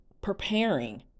Preparing